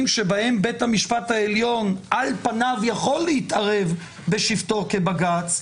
שבהם בית המשפט העליון על פניו יכול להתערב בשבתו כבג"ץ,